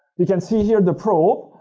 you can see here the probe.